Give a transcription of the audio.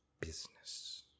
business